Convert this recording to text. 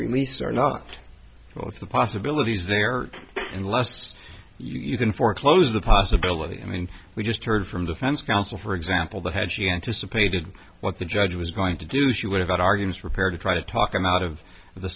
release or not the possibilities there are unless you can foreclose the possibility i mean we just heard from defense counsel for example that had she anticipated what the judge was going to do she would have had arguments prepared to try to talk him out of the